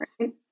right